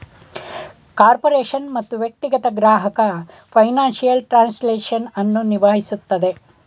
corporation ಮತ್ತು ವ್ಯಕ್ತಿಗತ ಗ್ರಾಹಕ ಫೈನಾನ್ಸಿಯಲ್ ಟ್ರಾನ್ಸ್ಲೇಷನ್ ಅನ್ನು ನಿಭಾಯಿಸುತ್ತದೆ